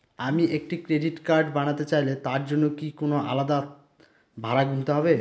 আমি একটি credit card বানাতে চাইলে তার জন্য কি কোনো আলাদা ভাড়া গুনতে হবে?